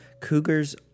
cougars